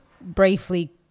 briefly